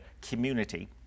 community